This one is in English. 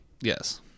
Yes